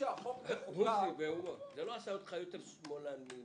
החוק הזה בא, כמו חוק הנכבה, לאיים.